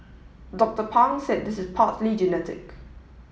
Doctor Pang said this is partly genetic